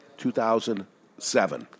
2007